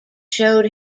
showed